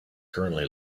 currently